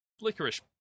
licorice